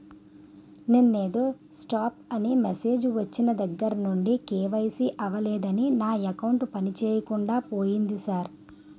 నిన్నేదో స్టాప్ అని మెసేజ్ ఒచ్చిన దగ్గరనుండి కే.వై.సి అవలేదని నా అకౌంట్ పనిచేయకుండా పోయింది సార్